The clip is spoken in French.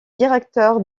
directeur